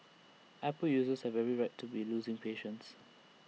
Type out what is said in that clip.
Apple users have every right to be losing patience